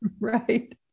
Right